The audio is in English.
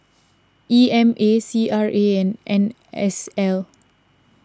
E M A C R A and N S L